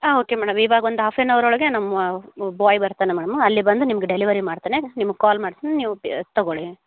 ಹಾಂ okay madam ಇವಾಗ ಒಂದು ಹಾಫ್ ಅನ್ ಅವರ್ ಒಳಗೆ ನಮ್ಮ ಬಾಯ್ ಬರ್ತಾನೆ ಮೇಡಮ್ ಅಲ್ಲಿ ಬಂದು ನಿಮ್ಗೆ ಡೆಲಿವರಿ ಮಾಡ್ತಾನೆ ನಿಮ್ಮ ಕಾಲ್ ಮಾಡ್ತೀನಿ ನೀವು ತಗೊಳ್ಳಿ